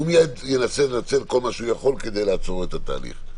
הוא מייד ינסה לנצל כל מה שהוא יכול כדי לעצור את התהליך.